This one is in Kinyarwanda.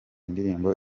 ndirimbo